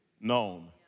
known